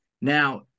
Now